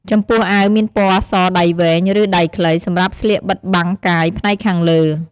ចំណែកសំពត់មានជាផ្នត់ឬសំពត់វែងធម្មតា ពណ៌ស សម្រាប់ស្លៀកបាំងបិទកាយផ្នែកខាងក្រោម។